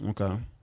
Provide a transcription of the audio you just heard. Okay